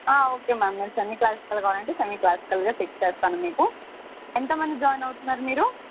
okay ma'am మీరు semi classical కావాలంటే semi క్లాసికలే ఫిక్స్ చేస్తాను మీకు ఎంత మంది జాయిన్ అవుతున్నారు మీరు